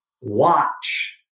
watch